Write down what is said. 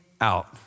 out